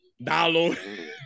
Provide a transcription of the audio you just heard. Download